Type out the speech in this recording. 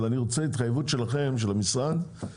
אבל אני רוצה התחייבות של המשרד לכך